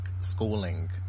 schooling